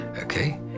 okay